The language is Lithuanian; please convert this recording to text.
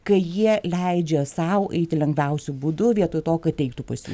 kai jie leidžia sau eiti lengviausiu būdu vietoj to kad teiktų pasiūlymus